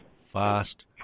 fast